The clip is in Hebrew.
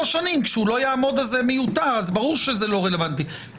אם אנחנו מקבלים את התזה שגם בתקופה הזאת אפשר,